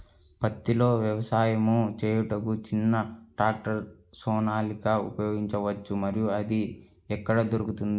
పత్తిలో వ్యవసాయము చేయుటకు చిన్న ట్రాక్టర్ సోనాలిక ఉపయోగించవచ్చా మరియు అది ఎక్కడ దొరుకుతుంది?